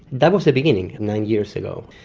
that was the beginning nine years ago,